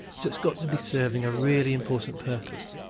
so it's got to be serving a really important purpose.